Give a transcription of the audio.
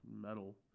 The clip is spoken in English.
metal